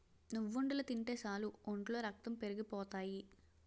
నువ్వుండలు తింటే సాలు ఒంట్లో రక్తం పెరిగిపోతాయి